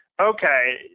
okay